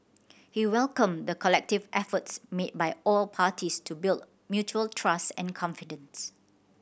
he welcomed the collective efforts made by all parties to build mutual trust and confidence